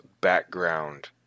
background